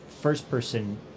first-person